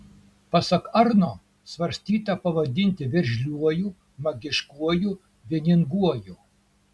pasak arno svarstyta pavadinti veržliuoju magiškuoju vieninguoju